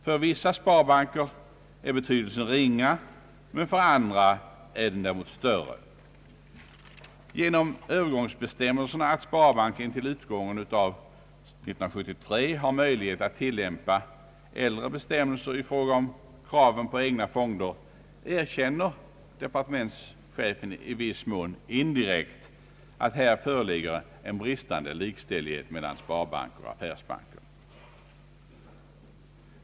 För vissa sparbanker är betydelsen ringa, men för andra är den större. Genom övergångsbestämmelserna att sparbankerna till utgången av år 1973 har möjlighet att tillämpa äldre bestämmelser i fråga om kraven på egna fonder erkänner departementschefen i viss mån indirekt att det här föreligger en bristande likställighet mellan sparbankerna och affärsbankerna.